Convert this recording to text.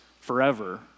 forever